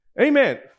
Amen